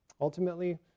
Ultimately